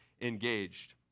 engaged